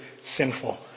sinful